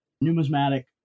numismatic